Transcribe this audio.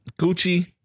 Gucci